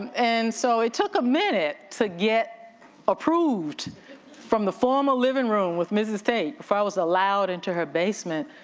and so it took a minute to get approved from the formal living room with mrs tate before i was allowed into her basement.